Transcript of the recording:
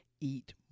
eat